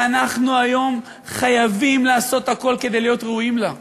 ואנחנו היום חייבים לעשות הכול כדי להיות ראויים לה.